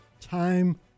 time